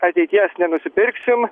ateities nenusipirksim